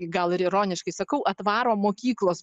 gal ir ironiškai sakau atvaro mokyklos